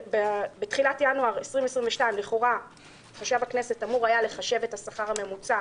בתחילת ינואר 2022 לכאורה חשב הכנסת אמור היה לחשב את השכר הממוצע,